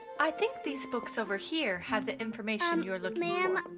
i think these books over here have the information um you are looking um